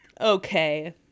Okay